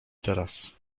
teraz